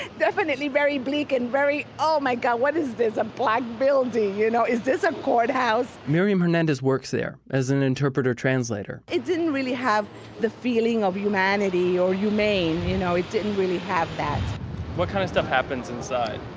definitely very bleak and very oh my god what is this! a black building, you know? is this a courthouse? miriam hernandez works there as an interpreter translator it didn't really have the feeling of humanity or humane. you know it didn't really have that what kind of stuff happens inside?